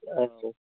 औ